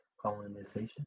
Colonization